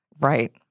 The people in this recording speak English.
Right